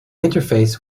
interface